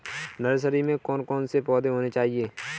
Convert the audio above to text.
Nursery में कौन कौन से पौधे होने चाहिए?